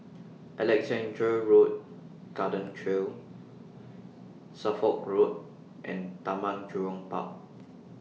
Alexandra Road Garden Trail Suffolk Road and Taman Jurong Park